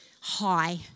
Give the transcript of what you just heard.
high